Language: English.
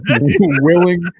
willing